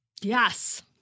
yes